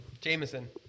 Jameson